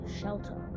shelter